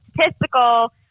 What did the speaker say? statistical